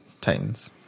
Titans